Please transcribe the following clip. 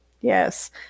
Yes